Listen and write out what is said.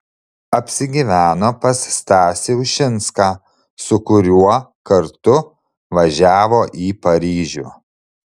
apsigyveno pas stasį ušinską su kuriuo kartu važiavo į paryžių